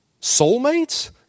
soulmates